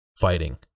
fighting